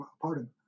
Pardon